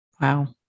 Wow